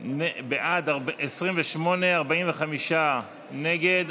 הן בעד, 28, 45 נגד.